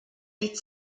dit